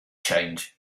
change